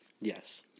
Yes